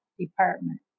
department